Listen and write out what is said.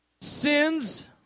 sins